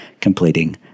completing